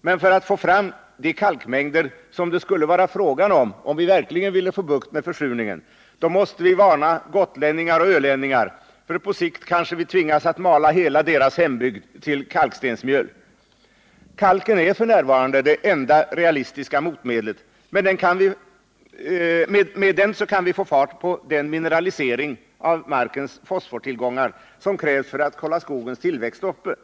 men för att få fram de kalkmängder som det här skulle vara fråga om, om vi verkligen vill få bukt med försurningen, måste vi varna gotlänningar och ölänningar — på sikt kanske vi tvingas mala hela deras hembygd till kalkstensmjöl. Kalkenärf. n. det enda realistiska motmedlet — med den kan vi också få fart på den mineralisering av markens fosfortillgångar som krävs för att hålla skogens tillväxt uppe.